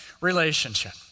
relationship